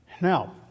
Now